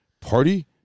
Party